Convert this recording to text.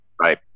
Right